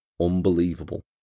Unbelievable